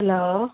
hello